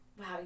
wow